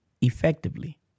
effectively